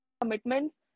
commitments